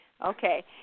Okay